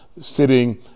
sitting